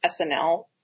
SNL